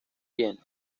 viene